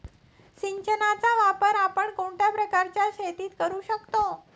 सिंचनाचा वापर आपण कोणत्या प्रकारच्या शेतीत करू शकतो?